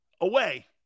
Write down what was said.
away